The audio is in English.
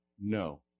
No